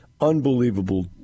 Unbelievable